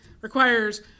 requires